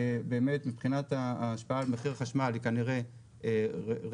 שמבחינת ההשפעה על מחיר החשמל היא כנראה רצויה,